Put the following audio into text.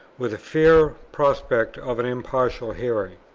with a fair prospect of an impartial hearing.